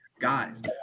guys